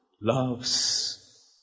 loves